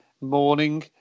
morning